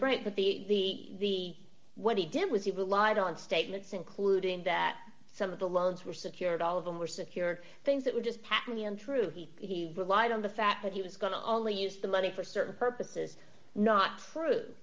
break but the the what he did was he relied on statements including that some of the loans were secured all of them were secured things that were just patently untrue he relied on the fact that he was going to only use the money for certain purposes not true